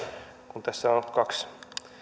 kun tässä on kaksi